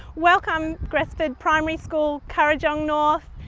welcome gresford primary school, kurrajong north,